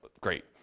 great